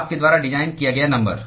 आपके द्वारा डिज़ाइन किया गया नंबर